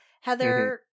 Heather